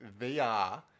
VR